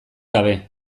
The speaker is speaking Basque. gabe